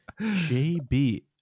JB